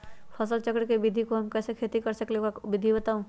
फसल चक्र के विधि से हम कैसे खेती कर सकलि ह हमरा ओकर विधि बताउ?